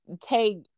take